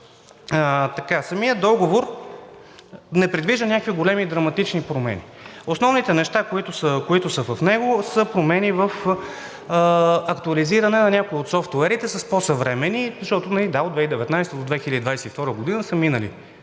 Самият договор не предвижда някакви големи драматични промени. Основните неща, които са в него, са промени в актуализиране на някои от софтуерите с по-съвременни, защото – да, от 2019-а до 2022 г. са минали